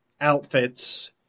outfits